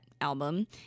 album